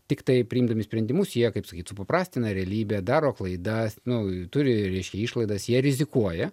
tiktai priimdami sprendimus jie kaip sakyt supaprastina realybę daro klaidas nu turi ir reiškia išlaidas jie rizikuoja